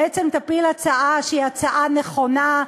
בעצם תפיל הצעה שהיא הצעה נכונה,